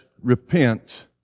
repent